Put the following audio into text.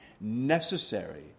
necessary